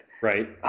Right